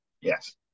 yes